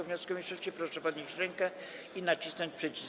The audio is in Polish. wniosku mniejszości, proszę podnieść rękę i nacisnąć przycisk.